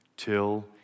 till